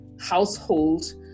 household